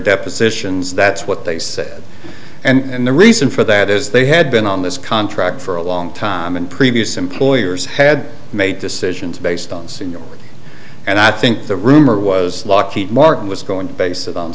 depositions that's what they said and the reason for that is they had been on this contract for a long time and previous employers had made decisions based on seniority and i think the rumor was lockheed martin was going to base it on